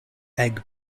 egg